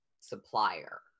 supplier